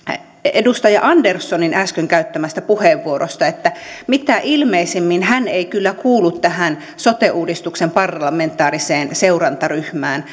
edustaja anderssonin äsken käyttämästä puheenvuorosta että mitä ilmeisimmin hän ei kyllä kuulu tähän sote uudistuksen parlamentaariseen seurantaryhmään